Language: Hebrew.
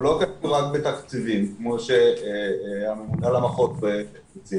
הוא לא --- בתקציבים כמו שהממונה על המחוז הציג.